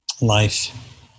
Life